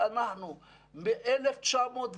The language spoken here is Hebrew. אנחנו מ-1908,